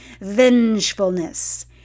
vengefulness